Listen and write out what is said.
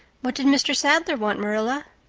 what did mr. sadler want, marilla?